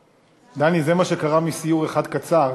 דני, זה מה שקרה מסיור אחד קצר.